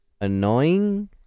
Annoying